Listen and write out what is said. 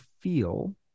feel